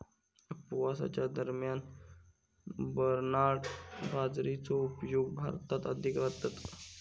उपवासाच्या दरम्यान बरनार्ड बाजरीचो उपयोग भारतात अधिक करतत